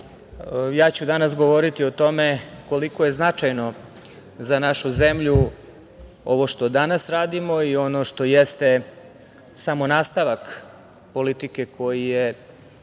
ću govoriti o tome koliko je značajno za našu zemlju ovo što danas radimo i ono što jeste samo nastavak politike koju je